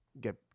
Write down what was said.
get